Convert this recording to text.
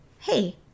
hey